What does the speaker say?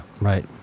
Right